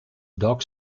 dog